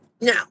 Now